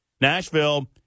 Nashville